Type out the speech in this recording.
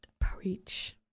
Preach